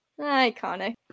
iconic